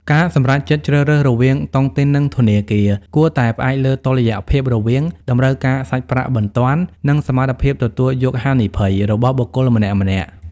ការសម្រេចចិត្តជ្រើសរើសរវាងតុងទីន និងធនាគារ គួរតែផ្អែកលើតុល្យភាពរវាង "តម្រូវការសាច់ប្រាក់បន្ទាន់" និង "សមត្ថភាពទទួលយកហានិភ័យ" របស់បុគ្គលម្នាក់ៗ។